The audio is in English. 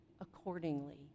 accordingly